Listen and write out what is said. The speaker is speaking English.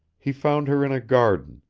he found her in a garden,